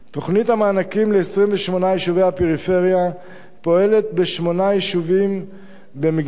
תוכנית המענקים ל-28 יישובי הפריפריה פועלת בשמונה יישובים במגזר